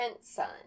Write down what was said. son